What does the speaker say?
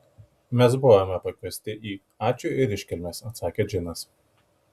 mes buvome pakviesti į ačiū ir iškilmes atsakė džinas